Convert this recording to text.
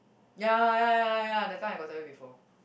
ya ya ya ya that time I got tell you before